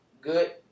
good